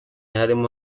harimo